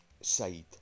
side